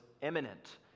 imminent